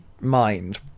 mind